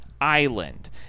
island